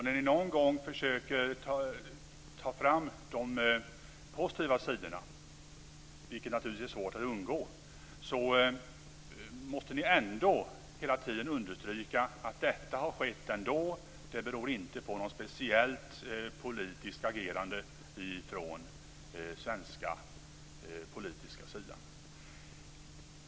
När ni någon gång försöker ta fram de positiva sidorna, vilket naturligtvis är svårt att undgå, måste ni hela tiden understryka att det har skett ändå och att det inte beror på något speciellt svenskt politiskt agerande.